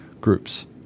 groups